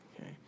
Okay